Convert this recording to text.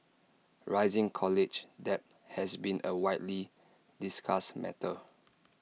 rising college debt has been A widely discussed matter